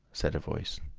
said a voice,